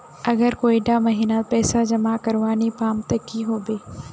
अगर कोई डा महीनात पैसा जमा करवा नी पाम ते की होबे?